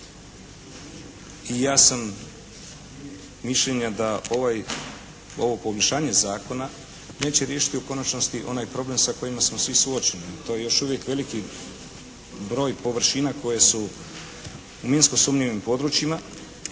i ja sam mišljenja da ovo poboljšanje zakona neće riješiti u konačnosti onaj problem sa kojima smo svi suočeni. To je još uvijek veliki broj površina koje su u minsko sumnjivim područjima,